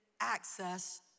access